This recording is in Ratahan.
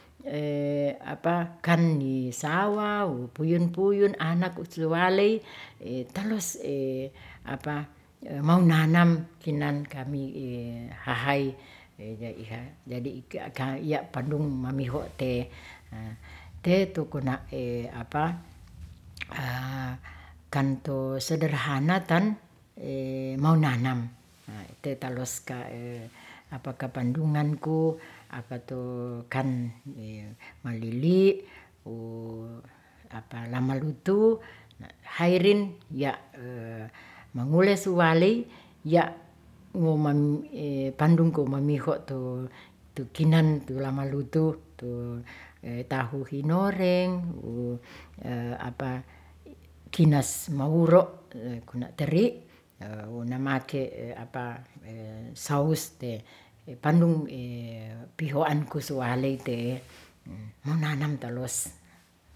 kan di sawa wo puyun-puyun anak ucil waley, taluas maunanam kinan ikami i hahay, jadi iyapadung mamiho te, te tukuna kantu sederhana ton maunanam, te taluas ka apakah pandungan ku, kan malili wo lamalutu hairin ya' mangule suwaley ya ngoman pandung ko mamiho tu' kinan tu lamalutu tu tahu hinoreng wo kinas mawuro' na' teri' namake saus te pandung pihowaan kusualey te monanam taluas.